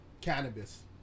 cannabis